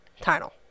title